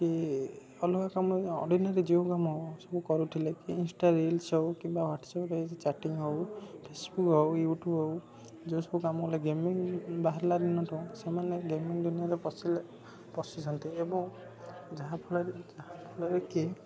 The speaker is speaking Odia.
କି ଅଲଗା ସମୟ ଅଡିନାରି ଯେଉଁ କାମ ସବୁ କରୁଥିଲେ ଇନ୍ଷ୍ଟା ରିଲ୍ସ ସବୁ କିମ୍ବା ହ୍ଵାଟ୍ସାପରେ ଚାଟିଙ୍ଗ୍ ହେଉ ଫେସବୁକ୍ ହେଉ ୟୁଟୁବ ହେଉ ଯେଉଁ ସବୁ କାମ ହେଉ ଗେମିଂ ବାହାରିଲା ଦିନ ଠୁ ସେମାନେ ଗେମିଂ ଦୁନିଆରେ ପଶିଲେ ପଶିଛନ୍ତି ଏବଂ ଯାହାଫଳରେ ଯାହାଫଳରେ କି